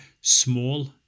small